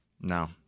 No